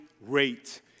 rate